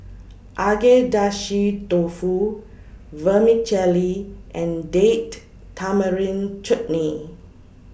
Agedashi Dofu Vermicelli and Date Tamarind Chutney